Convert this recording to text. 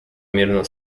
мирного